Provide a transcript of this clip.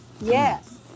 Yes